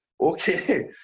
okay